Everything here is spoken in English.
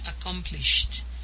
accomplished